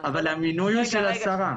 המינוי הוא של השרה.